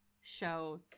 show